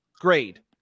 grade